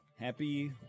Happy